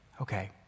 Okay